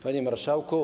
Panie Marszałku!